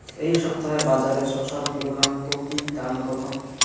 এই সপ্তাহে বাজারে শসার কিলোগ্রাম প্রতি দাম কত?